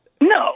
No